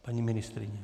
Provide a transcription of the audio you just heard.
Paní ministryně?